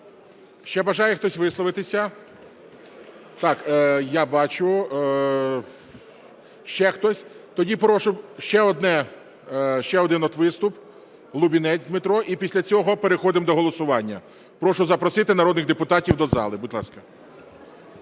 Ще бажає хтось висловитися? Так, я бачу… Ще хтось? Тоді прошу ще одне, ще один виступ – Лубінець Дмитро, і після цього переходимо до голосування. Прошу запросити народних депутатів до зали, будь ласка.